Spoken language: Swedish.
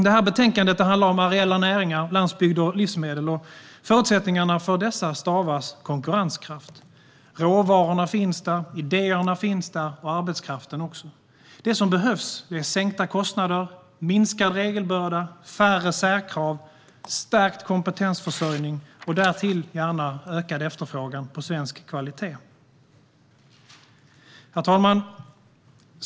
Det här betänkandet handlar om areella näringar, landsbygd och livsmedel. Förutsättningarna för dessa stavas konkurrenskraft. Råvarorna finns där, idéerna och arbetskraften också. Det som behövs är sänkta kostnader, minskad regelbörda, färre särkrav, stärkt kompetensförsörjning och därtill gärna ökad efterfrågan på svensk kvalitet. Herr talman!